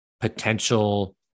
potential